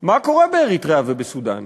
מה קורה באריתריאה ובסודאן?